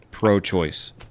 Pro-choice